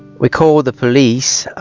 we called the police